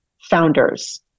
founders